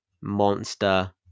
monster